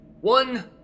One